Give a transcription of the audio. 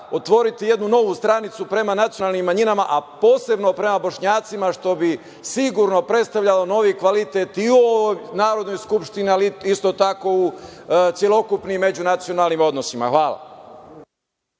otvoriti jednu novu stranicu prema nacionalnim manjinama, a posebno prema Bošnjacima što bi sigurno predstavljao novi kvalitet i u ovoj Narodnoj skupštini, ali isto tako u celokupnim međunacionalnim odnosima. Hvala.